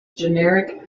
generic